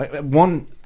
one